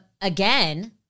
Again